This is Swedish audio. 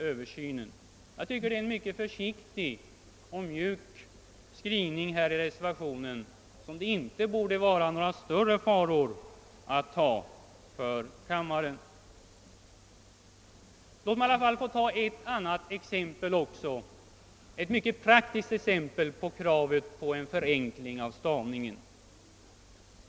Jag tycker att reservationen har en mycket försiktig och mjuk skrivning och att kammaren därför inte borde hysa några större farhågor för att bifalla den. Låt mig i alla fall få anföra ytterligare ett exempel, ett mycket praktiskt sådant, som visar behovet av en förenkling av stavningen.